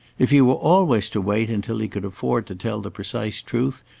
if he were always to wait until he could afford to tell the precise truth,